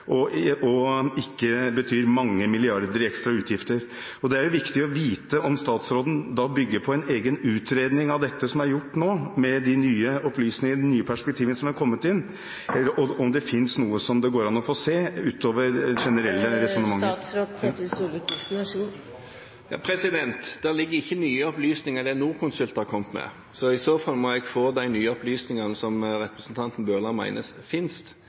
og betyr ikke mange milliarder kroner i ekstra utgifter. Det er viktig å vite om statsråden bygger på en egen utredning av dette som er gjort nå – med de nye perspektivene som er kommet inn – og om det finnes noe som det går an å få se – utover det generelle resonnementet. Det ligger ikke nye opplysninger i det Norconsult har kommet med – i så fall må jeg få de nye opplysningene som representanten Bøhler mener finnes.